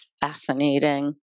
Fascinating